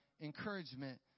encouragement